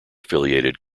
affiliated